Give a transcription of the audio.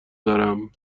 دارم